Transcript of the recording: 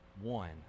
one